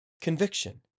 conviction